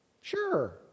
sure